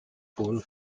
full